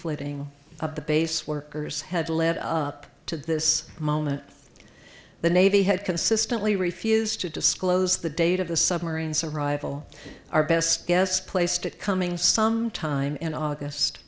ting of the base workers had led up to this moment the navy had consistently refused to disclose the date of the submarine's arrival our best guess placed it coming sometime in august